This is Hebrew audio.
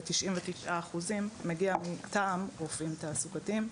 ב-99% מגיע מטעם רופאים תעסוקתיים,